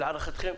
להערכתכם,